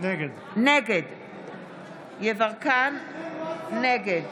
נגד עופר כסיף, אינו נוכח